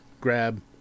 grab